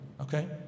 Okay